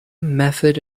method